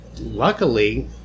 luckily